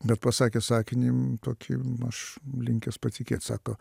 bet pasakė sakinį kokį aš linkęs patikėt sako